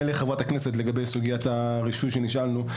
לחברת הכנסת לגבי סוגיית הרישוי שנשאלנו.